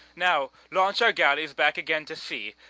now launch our galleys back again to sea,